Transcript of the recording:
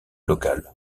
local